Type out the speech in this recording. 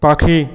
পাখি